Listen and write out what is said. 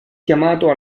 chiamato